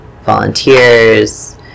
volunteers